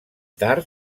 tard